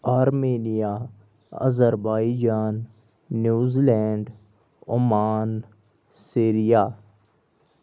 Armenia Azerbaijan New Zealand Oman Syria